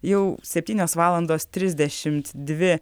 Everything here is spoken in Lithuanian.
jau septynios valandos trisdešimt dvi